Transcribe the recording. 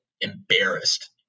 embarrassed